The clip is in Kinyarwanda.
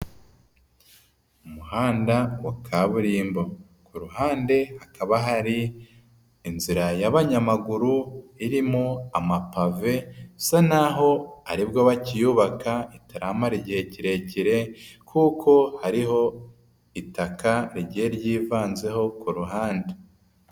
Umuhanda wa kaburimbo, ku ruhande hakaba hari inzira y'abanyamaguru irimo amapave bisa naho ari bwo bakiyubaka itaramara igihe kirekire kuko hariho itaka rigiye ryivanzeho ku ruhande.